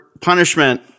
punishment